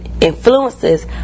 influences